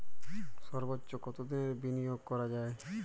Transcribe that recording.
সর্বোচ্চ কতোদিনের বিনিয়োগ করা যায়?